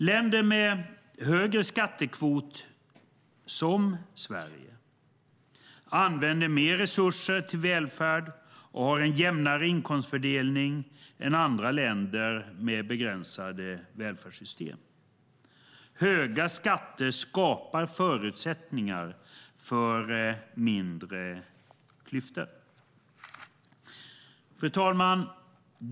Länder med högre skattekvot, som Sverige, använder mer resurser till välfärd och har en jämnare inkomstfördelning än andra länder med begränsade välfärdssystem. Höga skatter skapar förutsättningar för mindre klyftor. Fru talman!